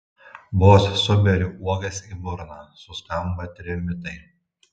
vos suberiu uogas į burną suskamba trimitai